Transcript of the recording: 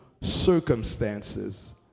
circumstances